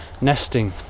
nesting